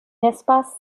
espace